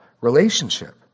relationship